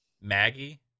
Maggie